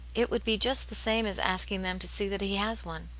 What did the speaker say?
it would be just the same as asking them to see that he has one.